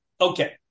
Okay